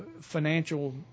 financial